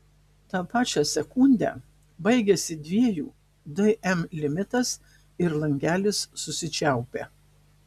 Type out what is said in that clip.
tą pačią sekundę baigiasi dviejų dm limitas ir langelis susičiaupia